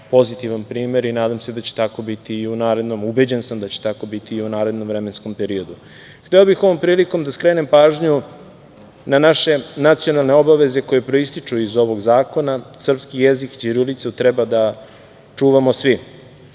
pozitivan primer i nadam se da će tako biti, ubeđen sam da će tako biti i u narednom vremenskom periodu. Hteo bih ovom prilikom da skrenem pažnju na naše nacionalne obaveze koje proističu iz ovog zakona, srpski jezik i ćirilicu treba da čuvamo svi.